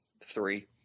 three